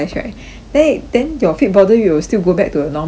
then then your fit body will still go back to a normal body [what]